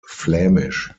flämisch